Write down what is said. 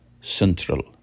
central